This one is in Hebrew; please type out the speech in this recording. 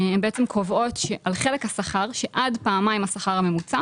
הן בעצם קובעות של חלק השכר שעד פעמיים השכר הממוצע